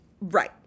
Right